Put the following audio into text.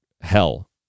hell